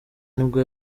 nibwo